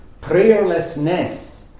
Prayerlessness